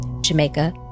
Jamaica